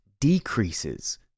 decreases